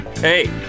Hey